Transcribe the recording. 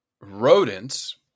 rodents